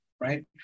right